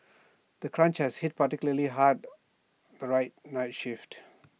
the crunch has hit particularly hard the right night shifts